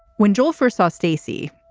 when joel first saw stacy,